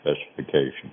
specification